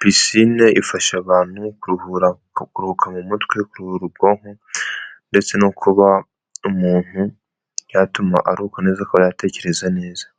pisine ifasha abantu kuruhura kuguruka mu mutwe, kuruhura ubwonko ndetse no kuba umuntu byatuma aruhuka neza akaba yatekereza neza.